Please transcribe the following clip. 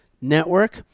network